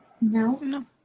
no